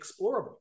explorable